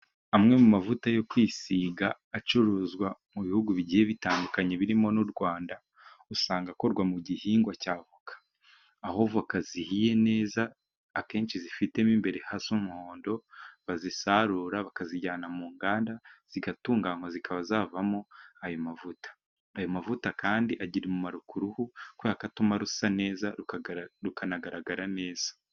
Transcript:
Amwe mu mavuta yo kwisiga acuruzwa mu bihugu bigiye bitandukanye birimo n'u Rwanda, usanga akorwa mu gihingwa cya voka. Aho voka zihiye neza akenshi zifitemo imbere hasa umuhondo bazisarura bakazijyana mu nganda, zigatunganywa zikaba zavamo ayo mavuta. Ayo mavuta kandi agira umumaro ku ruhu kubera ko atuma rusa neza rukanagaragara neza.